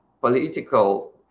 political